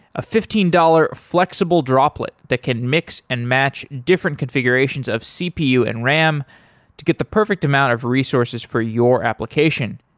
a fifteen dollars flexible droplet that can mix and match different configurations of cpu and ram to get the perfect amount of resources for your application.